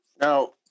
Now